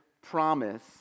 promise